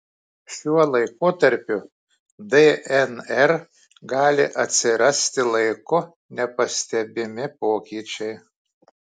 šiuo laikotarpiu dnr gali atsirasti laiku nepastebimi pokyčiai